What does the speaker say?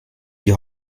die